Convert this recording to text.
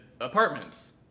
apartments